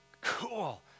cool